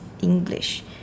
English